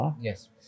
Yes